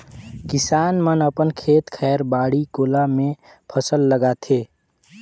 किसान मन अपन खेत खायर, बाड़ी कोला मे फसल लगाथे